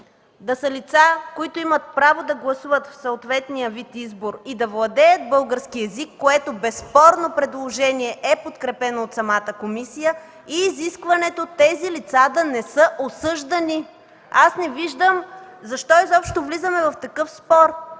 да са лица, които имат право да гласуват в съответния вид избор и да владеят български език, което предложение безспорно е подкрепено от самата комисия, и изискването тези лица да не са осъждани. Аз не виждам защо изобщо влизаме в такъв спор,